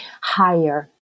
higher